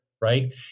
Right